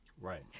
Right